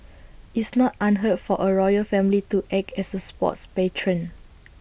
it's not unheard for A royal family to act as A sports patron